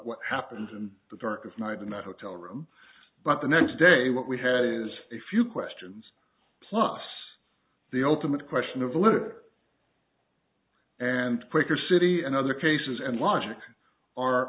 what happened in the dark of night in that hotel room but the next day what we had is a few questions plus the ultimate question of illiterate and quaker city and other cases and logic are